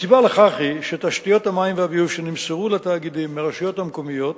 הסיבה לכך היא שתשתיות המים והביוב שנמסרו לתאגידים מהרשויות המקומיות